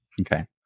Okay